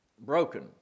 Broken